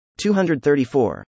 234